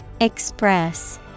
Express